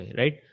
right